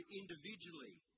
individually